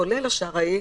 כולל השרעי,